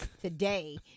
today